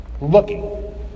looking